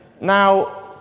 Now